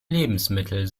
lebensmittel